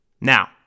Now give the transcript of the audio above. Now